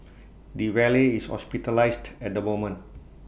the valet is hospitalised at the moment